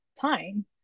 time